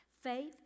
Faith